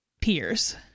peers